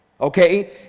okay